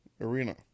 Arena